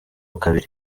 kabiri